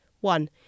one